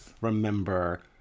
remember